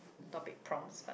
topic proms like